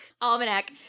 Almanac